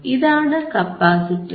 ഇതാണ് കപ്പാസിറ്റർ